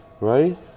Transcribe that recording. right